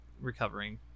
recovering